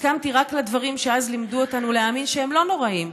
הסכמתי רק לדברים שאז לימדו אותנו להאמין שהם לא נוראיים,